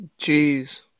Jeez